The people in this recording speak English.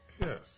Yes